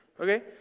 Okay